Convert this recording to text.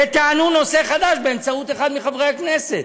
וטענו: נושא חדש, באמצעות אחד מחברי הכנסת,